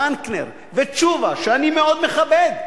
דנקנר ותשובה, שאני מאוד מכבד,